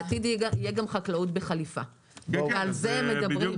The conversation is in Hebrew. העתיד יהיה גם חקלאות בחליפה, ועל זה מדברים.